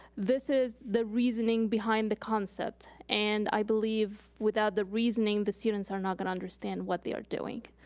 this is the reasoning behind the concept. and i believe without the reasoning, the students are not gonna understand what they are doing.